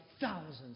thousands